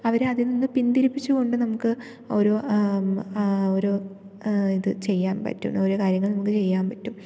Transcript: അവരതിൽ നിന്നു പിന്തിരിപ്പിച്ചു കൊണ്ടു നമുക്ക് ഒരു ഒരു ഇത് ചെയ്യാൻ പറ്റും ഓരോ കാര്യങ്ങൾ നമുക്ക് ചെയ്യാൻ പറ്റും